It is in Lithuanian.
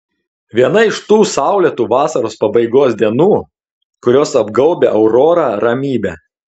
viena iš tų saulėtų vasaros pabaigos dienų kurios apgaubia aurorą ramybe